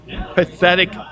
pathetic